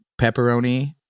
pepperoni